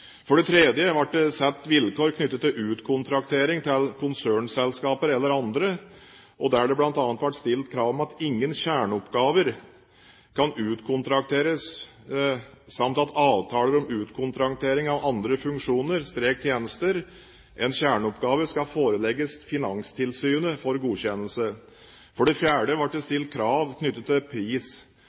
For det tredje ble det satt vilkår knyttet til utkontraktering til konsernselskaper eller andre, der det bl.a. ble stilt krav om at ingen kjerneoppgaver kan utkontrakteres, samt at avtaler om utkontraktering av andre funksjoner/tjenester enn kjerneoppgaver skal forelegges Finanstilsynet for godkjennelse. For det fjerde ble det stilt krav knyttet til pris,